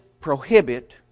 prohibit